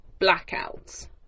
blackouts